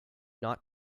not